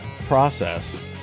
process